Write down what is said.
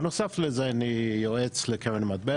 בנוסף לזה אני יועץ לקרן המטבע